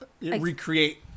Recreate